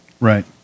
right